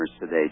today